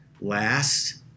last